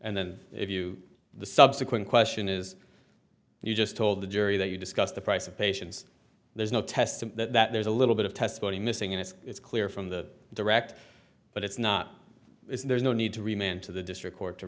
and then if you the subsequent question is you just told the jury that you discussed the price of patients there's no test that that there's a little bit of testimony missing in this it's clear from the direct but it's not there's no need to remain to the district court to